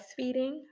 breastfeeding